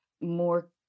more